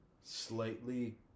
slightly